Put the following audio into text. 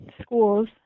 schools